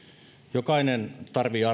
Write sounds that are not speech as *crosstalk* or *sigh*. jokainen tarvitsee *unintelligible*